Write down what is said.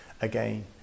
again